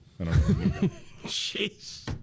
Jeez